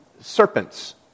serpents